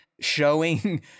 showing